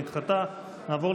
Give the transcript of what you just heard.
לא נתקבלה.